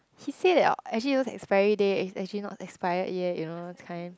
he said liao actually those expiry date is actually not expired yet you know it's kind